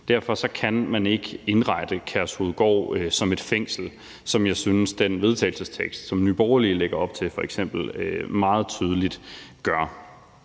Derfor kan man ikke indrette Kærshovedgård som et fængsel, hvad jeg f.eks. synes den vedtagelsestekst, som Nye Borgerlige lægger op til, meget tydeligt gør.